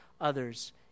others